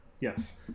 Yes